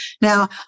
Now